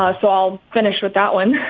ah so i'll finish with that one.